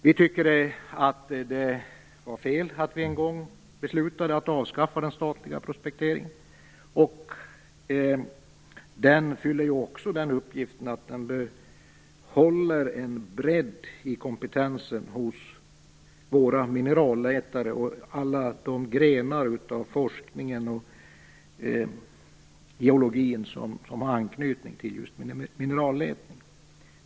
Vi anser att det var fel att en gång besluta om att avskaffa den statliga prospekteringen. Den fyller också den funktionen att den behåller en bredd i kompetensen hos mineralletare och hos alla de grenar av forskningen och geologin som har anknytning just till mineralletning.